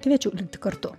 kviečiu likti kartu